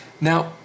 Now